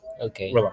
Okay